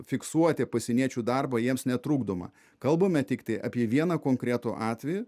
fiksuoti pasieniečių darbą jiems netrukdoma kalbame tiktai apie vieną konkretų atvejį